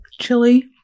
chili